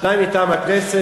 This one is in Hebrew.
שתיים מטעם הכנסת,